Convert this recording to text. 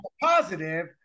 positive